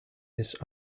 this